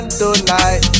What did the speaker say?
tonight